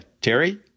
Terry